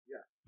Yes